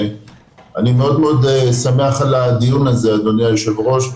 אני מאוד מאוד שמח על הדיון הזה, אדוני היושב ראש.